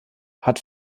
hat